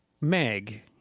meg